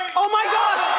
oh my gosh,